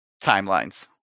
timelines